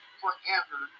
forever